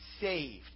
saved